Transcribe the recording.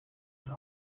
utah